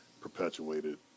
perpetuated